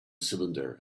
cylinder